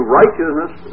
righteousness